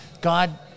God